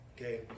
okay